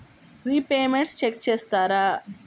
Repayments check చేస్తారా?